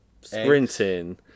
sprinting